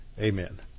amen